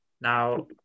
now